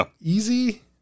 easy